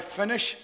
finish